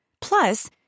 Plus